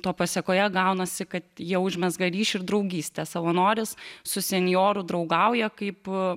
to pasekoje gaunasi kad jie užmezga ryšį ir draugystę savanoris su senjoru draugauja kaip